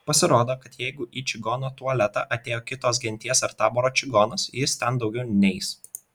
pasirodo kad jeigu į čigono tualetą atėjo kitos genties ar taboro čigonas jis ten daugiau neeis